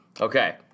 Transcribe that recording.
Okay